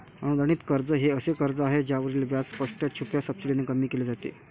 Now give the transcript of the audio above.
अनुदानित कर्ज हे असे कर्ज आहे ज्यावरील व्याज स्पष्ट, छुप्या सबसिडीने कमी केले जाते